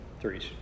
Threes